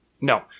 No